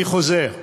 אני חוזר: